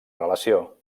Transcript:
relació